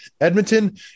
Edmonton